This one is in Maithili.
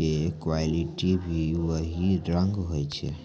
के क्वालिटी भी वही रंग होय छै